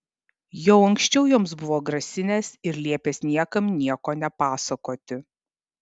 jau anksčiau joms buvo grasinęs ir liepęs niekam nieko nepasakoti